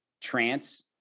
trance